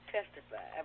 testify